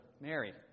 Mary